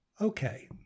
Okay